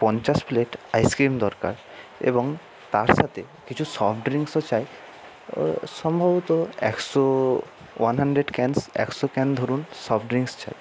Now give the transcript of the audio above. পঞ্চাশ plate ice cream দরকার এবং তার সাতে কিছু সফট ড্রিংকসও চাই সম্ভবত একশো ওয়ান হান্ড্রেড ক্যানস একশো ক্যান ধরুন সফট ড্রিংকস চাই